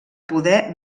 poder